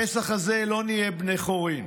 הפסח הזה לא נהיה בני חורין,